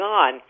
on